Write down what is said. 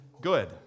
good